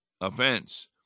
offense